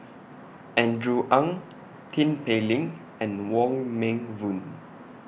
Andrew Ang Tin Pei Ling and Wong Meng Voon